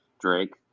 Drake